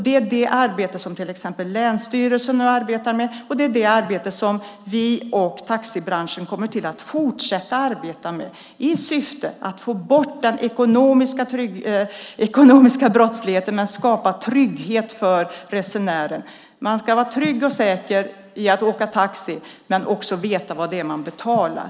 Det är det som till exempel länsstyrelsen nu arbetar med, och det är det som vi och taxibranschen kommer att fortsätta att arbeta med, i syfte att få bort den ekonomiska brottsligheten och att skapa trygghet för resenären. Man ska vara trygg och säker när man åker taxi men också veta vad det är man betalar.